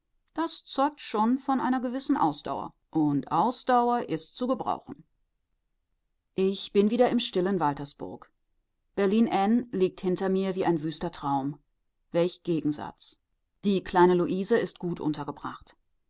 das zeugt doch von einer gewissen ausdauer und ausdauer ist zu gebrauchen ich bin wieder im stillen waltersburg berlin n liegt hinter mir wie ein wüster traum welch gegensatz die kleine luise ist gut untergebracht